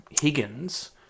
Higgins